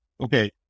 Okay